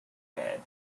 bed